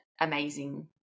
amazing